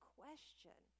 question